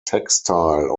textile